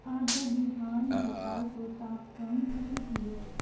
आज बिहान भोपालको तापक्रम कति थियो